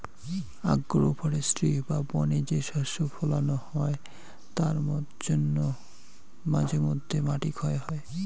agro forestry বা বনে যে শস্য ফোলানো হয় তার জন্যে মাঝে মধ্যে মাটি ক্ষয় হয়